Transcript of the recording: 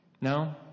No